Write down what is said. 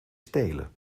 stelen